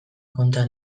konta